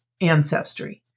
ancestry